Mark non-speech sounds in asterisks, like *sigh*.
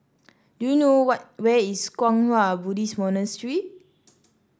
do you know *unintelligible* where is Kwang Hua Buddhist Monastery *noise*